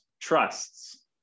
trusts